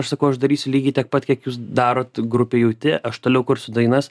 aš sakau aš darysiu lygiai tiek pat kiek jūs darot grupėj jauti aš toliau kursiu dainas